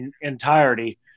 entirety